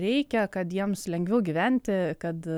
reikia kad jiems lengviau gyventi kad